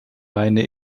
meine